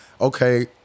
okay